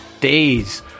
Days